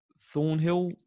Thornhill